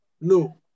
no